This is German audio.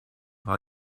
war